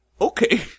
Okay